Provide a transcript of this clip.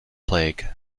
plague